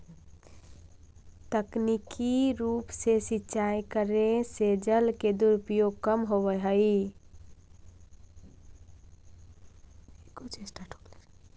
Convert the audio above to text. तकनीकी रूप से सिंचाई करे से जल के दुरुपयोग कम होवऽ हइ